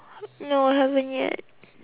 no haven't yet